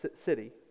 city